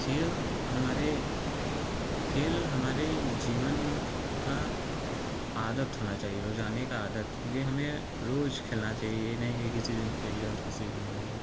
खेल हमारे खेल हमारे जीवन का आदत होना चाहिए रोजाना का आदत क्योंकि हमें रोज खेलना चाहिए ये नहीं कि किसी दिन खेल लिए और किसी दिन नहीं